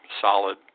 solid